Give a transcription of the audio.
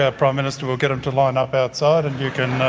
ah prime minister, we'll get them to line up outside and you can